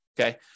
Okay